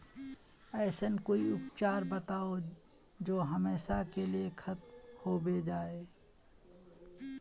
ऐसन कोई उपचार बताऊं जो हमेशा के लिए खत्म होबे जाए?